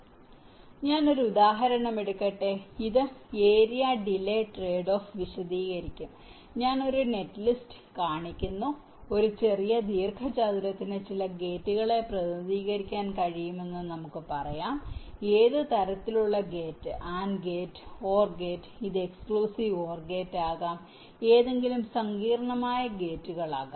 അതിനാൽ ഞാൻ ഒരു ഉദാഹരണം എടുക്കട്ടെ ഇത് ഏരിയ ഡിലെ ട്രേഡ്ഓഫ് വിശദീകരിക്കും ഞാൻ ഒരു നെറ്റ്ലിസ്റ്റ് കാണിക്കുന്നു ഈ ചെറിയ ദീർഘചതുരങ്ങൾക്ക് ചില ഗേറ്റുകളെ പ്രതിനിധീകരിക്കാൻ കഴിയുമെന്ന് നമുക്ക് പറയാം ഏത് തരത്തിലുള്ള gate AND gate OR gate ഇത് എക്സ്ക്ലൂസീവ് OR ഗേറ്റ് ആകാം ഏതെങ്കിലും സങ്കീർണ്ണമായ ഗേറ്റുകൾ ആകാം